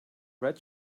red